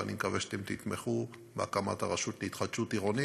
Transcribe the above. ואני מקווה שאתם תתמכו בהקמת הרשות להתחדשות עירונית,